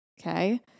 Okay